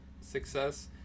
success